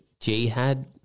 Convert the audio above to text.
Jihad